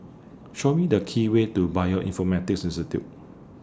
Show Me The Key Way to Bioinformatics Institute